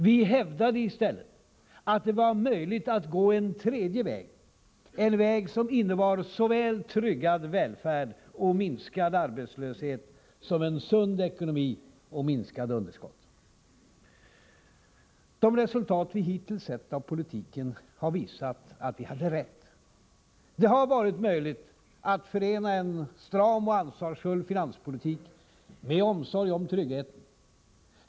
Vi hävdade i stället att det var möjligt att gå en tredje väg, en väg som innebär såväl tryggad välfärd och minskad arbetslöshet som en sund ekonomi och minskande underskott. De resultat vi hittills sett av politiken har visat att vi hade rätt. Det har varit möjligt att förena en stram och ansvarsfull finanspolitik med omsorg om tryggheten.